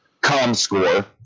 ComScore